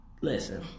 listen